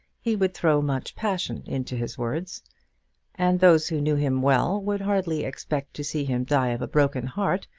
he would throw much passion into his words and those who knew him well would hardly expect to see him die of a broken heart,